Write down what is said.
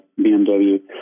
BMW